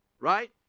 Right